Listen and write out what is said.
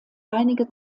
einige